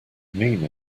mean